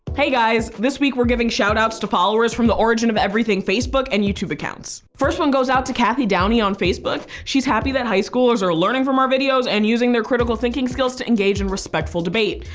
hey guys! this week we're giving shout outs to followers from the origin of everything facebook and youtube accounts! first one goes out to kathy downey on facebook. she's happy that high schoolers are learning from our videos and using their critical thinking skills to engage in respectful debate.